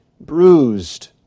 Bruised